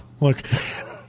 look